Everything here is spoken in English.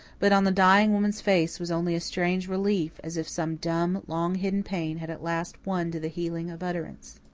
but on the dying woman's face was only a strange relief, as if some dumb, long-hidden pain had at last won to the healing of utterance.